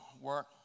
work